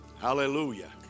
Hallelujah